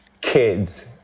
kids